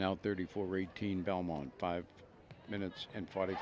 now thirty four eighteen belmont five minutes and forty